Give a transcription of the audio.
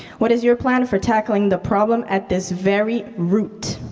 what is your plan for tackling the problem at this very root?